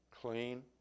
clean